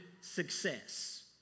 success